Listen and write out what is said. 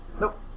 Nope